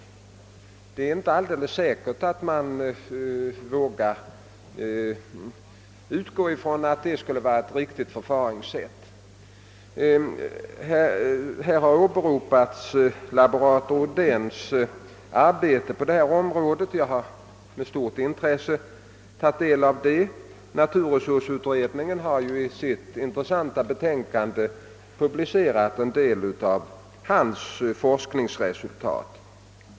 Helt säkert är det under alla förhållanden inte att man skulle våga förfara på detta sätt. Laborator Odéns arbete har här åberopats. Jag har med stort intresse tagit del av dessa undersökningar. Naturresursutredningen har ju i sitt betänkande publicerat en del av laborator Odéns forskningsresultat.